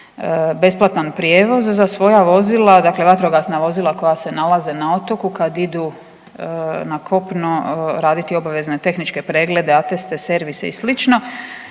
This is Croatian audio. besplatan prijevoz za svoja vozila, dakle vatrogasna vozila koja se nalaze na otoku kad idu na kopno raditi obavezne tehničke preglede, ateste, servise i